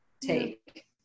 take